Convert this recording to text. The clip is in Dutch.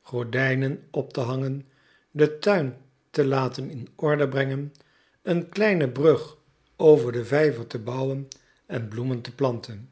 gordijnen op te hangen den tuin te laten in orde brengen een kleine brug over den vijver te bouwen en bloemen te planten